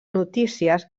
notícies